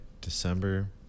December